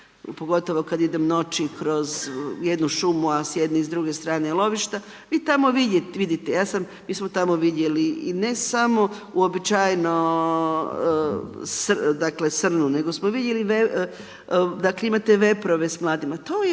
pogotovo kad idem noći kroz jednu šumu, a s jedne i druge strane je lovište, vi tamo vidite, mi smo tamo vidjeli i ne samo uobičajeno srnu, nego smo vidjeli, imate veprove s mladima,